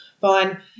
fine